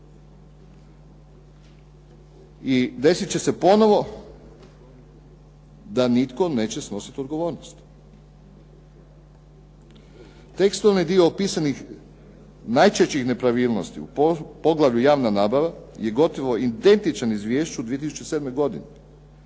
I desit će se ponovo da nitko neće snositi odgovornost. Tekstualni dio opisanih najčešćih nepravilnosti u poglavlju – Javna nabava je gotovo identičan izvješću 2007. godine.